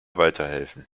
weiterhelfen